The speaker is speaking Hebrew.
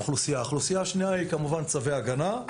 האוכלוסייה השנייה היא זאת של צווי הגנה.